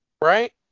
Right